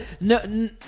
no